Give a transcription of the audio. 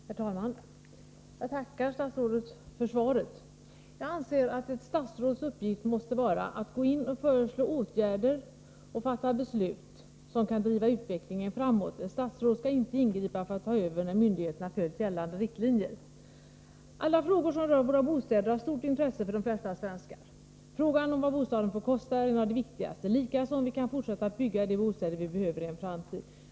Herr talman! Jag tackar statsrådet för svaret. Jag anser att ett statsråds uppgift måste vara att föreslå åtgärder och fatta beslut som kan driva utvecklingen framåt. Ett statsråd skall inte ingripa för att ta över när myndigheterna följt gällande riktlinjer. Alla frågor som rör våra bostäder har stort intresse för de flesta svenskar. Frågan om vad bostaden får kosta är en av de viktigaste. Viktig är också frågan om vi kan fortsätta att bygga de bostäder som vi behöver i en framtid.